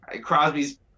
Crosby's